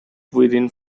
within